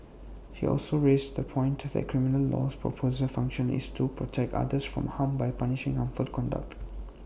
he also raised the point that criminal law's proper function is to protect others from harm by punishing harmful conduct